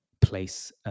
place